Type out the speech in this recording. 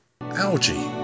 algae